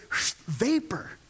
vapor